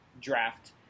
draft